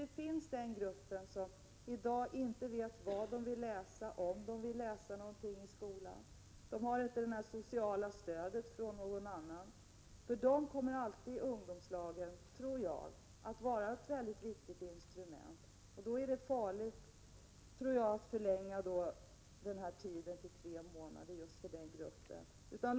Det finns en grupp ungdomar som i dag inte vet vad de vill läsa eller om de vill läsa någonting i skolan. De får inte något socialt stöd från någon. För dem kommer ungdomslagen alltid att vara ett viktigt instrument. Då är det farligt att förlänga tiden till tre månader just för den gruppen.